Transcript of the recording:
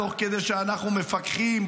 תוך כדי שאנחנו מפקחים,